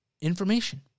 information